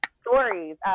stories